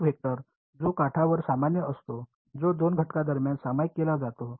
एक वेक्टर जो काठावर सामान्य असतो जो 2 घटकांदरम्यान सामायिक केला जातो